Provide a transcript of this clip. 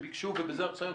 שביקשו ובזה אני מסיים.